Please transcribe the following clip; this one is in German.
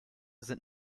sind